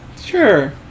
Sure